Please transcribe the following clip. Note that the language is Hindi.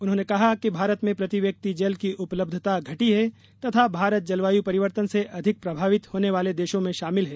उन्होंने कहा कि भारत में प्रति व्यक्ति जल की उपलब्धता घटी है तथा भारत जलवायू परिवर्तन से अधिक प्रभावित होने वाले देशों मे शामिल है